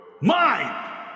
mind